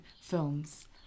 films